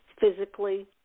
physically